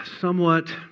somewhat